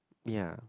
ya